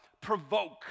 Provoke